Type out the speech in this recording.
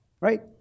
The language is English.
right